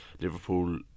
Liverpool